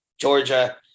Georgia